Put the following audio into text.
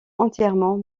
entièrement